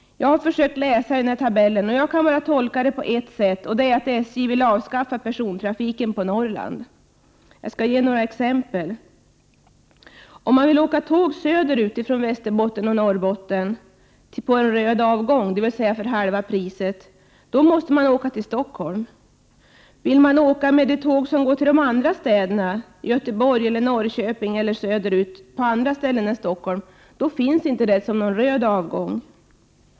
När jag har läst tabellen kan jag bara tolka det på ett sätt, och det är att SJ vill avskaffa persontrafiken på Norrland. Jag skall ge några exempel. Om man vill åka tåg söderut från Norrbotten och Västerbotten på röd avgång — dvs. för halva priset — måste man åka till Stockholm. De tåg som går söderut till andra städer än Stockholm — t.ex. Göteborg eller Norrköping — har ingen röd avgång.